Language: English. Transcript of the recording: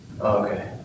Okay